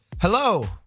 Hello